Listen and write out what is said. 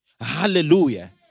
Hallelujah